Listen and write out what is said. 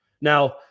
Now